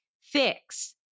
fix